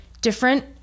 different